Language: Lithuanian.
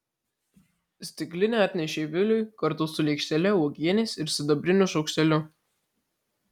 stiklinę atnešė viliui kartu su lėkštele uogienės ir sidabriniu šaukšteliu